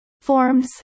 Forms